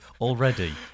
already